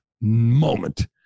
moment